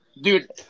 dude